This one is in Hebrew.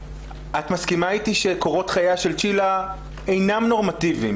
את מסכימה אתי שקורות חייה של צ'ילה אינם נורמטיביים,